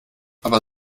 aber